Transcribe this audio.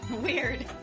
Weird